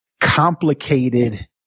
complicated